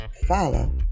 Follow